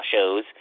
shows